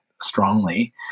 strongly